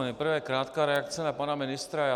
Nejprve krátká reakce na pana ministra.